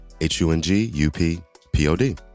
H-U-N-G-U-P-P-O-D